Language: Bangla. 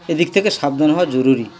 এদিক থেকে সাবধান হওয়া জরুরি